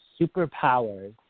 superpowers